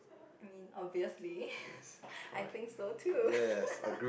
I mean obviously I think so too